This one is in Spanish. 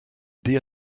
día